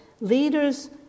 leaders